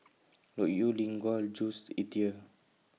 Loke Yew Lin Gao and Jules Itier